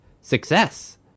Success